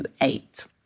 eight